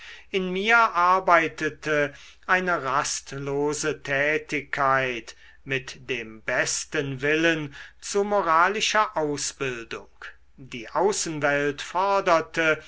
in mir arbeitete eine rastlose tätigkeit mit dem besten willen zu moralischer ausbildung die außenwelt forderte